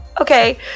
okay